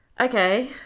Okay